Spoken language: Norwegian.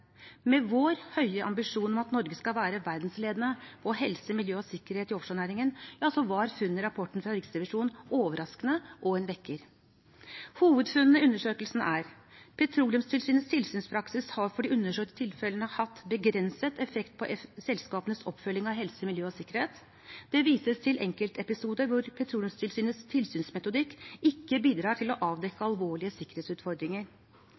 Med vår høye ambisjon om at vi skal være verdensledende på helse, miljø og sikkerhet i offshorenæringen, var funnene i rapporten fra Riksrevisjonen overraskende og en vekker. Hovedfunnene i undersøkelsen er: Petroleumstilsynets tilsynspraksis har for de undersøkte tilfellene hatt begrenset effekt på selskapenes oppfølging av helse, miljø og sikkerhet. Det vises til enkeltepisoder hvor Petroleumstilsynets tilsynsmetodikk ikke bidrar til å avdekke alvorlige sikkerhetsutfordringer.